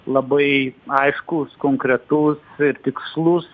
labai aiškus konkretus ir tikslus